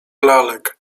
lalek